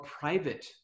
private